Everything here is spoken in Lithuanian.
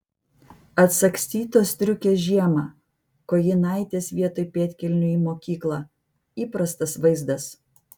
atsagstytos striukės žiemą kojinaitės vietoj pėdkelnių į mokyklą įprastas vaizdas